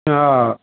हाँ